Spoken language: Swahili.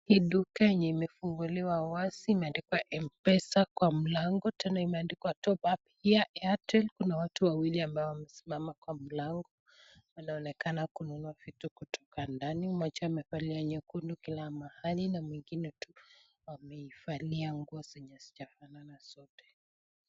Duka hii imefunguliwa wazi imeandikwa MPESA kwa mlango ,tena imeandikwa Top up . Kuna watu wawili ambao wamesimama kwa mlango , wanaonekana kununua kitu kutoka ndani , mmoja amevalia nyekundu kila mahali na mwingine nguo hazijafanana zote.